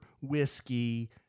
Whiskey